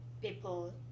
people